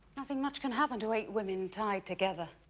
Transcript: nothing much can happen to eight women tied together.